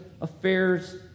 affairs